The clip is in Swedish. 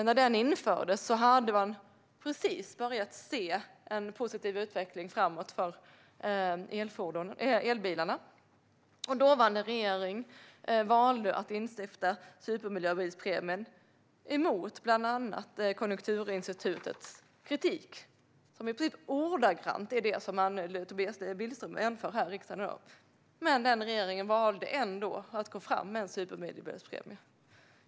När den infördes hade man just börjat se en positiv utveckling framåt för elbilarna. Dåvarande regering valde att instifta supermiljöbilspremien emot bland andra Konjunkturinstitutets kritik, som i princip ordagrant är den som nu Tobias Billström anför här i riksdagen i dag. Den dåvarande regeringen valde dock ändå att gå fram med en supermiljöbilspremie.